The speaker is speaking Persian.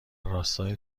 راستای